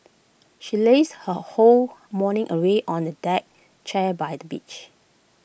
she lazed her whole morning away on A deck chair by the beach